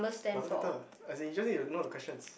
doesn't matter as he just need to know the questions